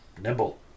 Nimble